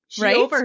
Right